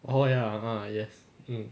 oh ya ah yes